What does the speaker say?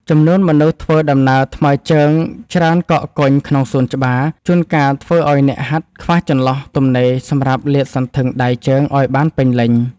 ចំនួនមនុស្សធ្វើដំណើរថ្មើរជើងច្រើនកកកុញក្នុងសួនច្បារ ជួនកាលធ្វើឱ្យអ្នកហាត់ខ្វះចន្លោះទំនេរសម្រាប់លាតសន្ធឹងដៃជើងឱ្យបានពេញលេញ។